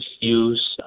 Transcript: use